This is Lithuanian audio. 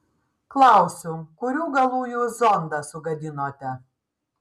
klausiu kurių galų jūs zondą sugadinote